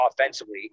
offensively